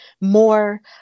more